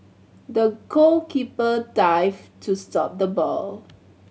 the goalkeeper dived to stop the ball